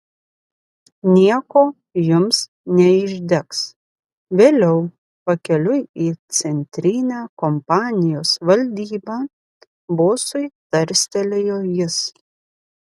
nieko jums neišdegs vėliau pakeliui į centrinę kompanijos valdybą bosui tarstelėjo jis